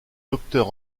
docteur